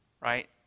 right